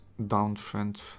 downtrend